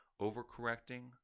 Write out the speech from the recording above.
overcorrecting